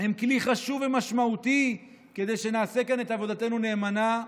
הם כלי חשוב ומשמעותי כדי שנעשה כאן את עבודתנו נאמנה.